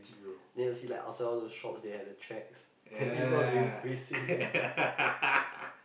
then you see like outside all those shops they have the tracks then people will be facing each other